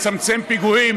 יצמצם פיגועים,